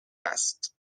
است